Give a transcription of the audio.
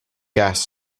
gas